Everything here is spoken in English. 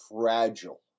fragile